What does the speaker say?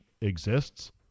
exists